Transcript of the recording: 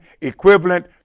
equivalent